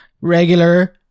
regular